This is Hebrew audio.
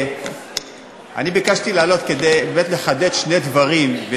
ביקשתי לעלות כדי לחדד שני דברים,